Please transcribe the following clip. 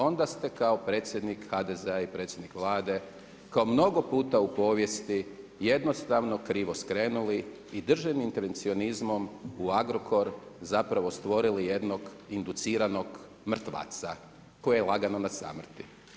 Onda ste kao predsjednik HDZ-a i predsjednik Vlade, kao mnogo puta u povijesti jednostavno krivo skrenuli i državnim intervencionizmom u Agrokor zapravo stvorili jednog induciranog mrtvaca koji je lagano na samrti.